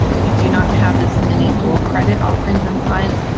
we do not have this many dual credit offerings in science.